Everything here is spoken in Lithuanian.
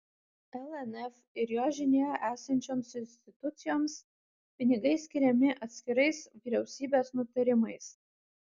lnf ir jos žinioje esančioms institucijoms pinigai skiriami atskirais vyriausybės nutarimais